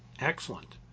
excellent